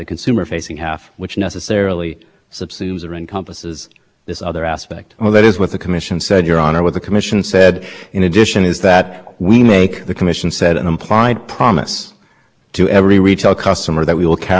promise of that sort there's nothing in the record that suggests we made a promise of the sort it's just words that the commission put there in order to be able to justify subjecting interconnection arrangements to title two and permitting edge providers to file complaints against us without